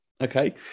Okay